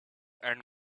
and